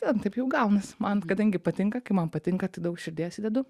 ten taip jau gaunasi man kadangi patinka kai man patinka tai daug širdies įdedu